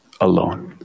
alone